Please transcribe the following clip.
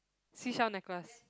seashell necklace